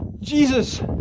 Jesus